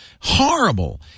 Horrible